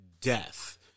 death